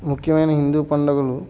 ముఖ్యమైన హిందూ పడుగలు